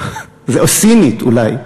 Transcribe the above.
או סינית אולי.